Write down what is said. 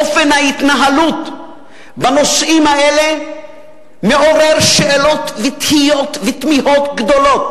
אופן ההתנהלות בנושאים האלה מעורר שאלות ותהיות ותמיהות גדולות,